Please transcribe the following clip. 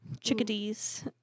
chickadees